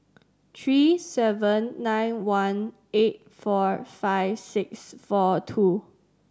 three seven nine one eight four five six four two